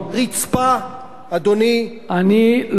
אדוני, הם משאירים, אני לא אאפשר, רבותי.